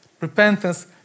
Repentance